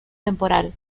temporal